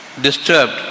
disturbed